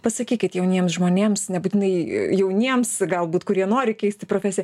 pasakykit jauniem žmonėms nebūtinai jauniems galbūt kurie nori keisti profesiją